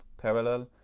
parallel,